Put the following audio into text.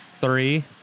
three